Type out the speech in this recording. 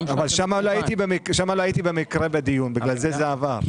אבל שם לא הייתי במקרה בדיון, בגלל זה זה עבר.